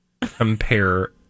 compare